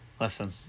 Listen